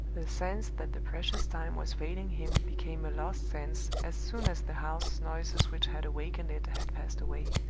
the sense that the precious time was failing him became a lost sense as soon as the house noises which had awakened it had passed away.